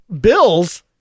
bills